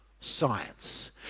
science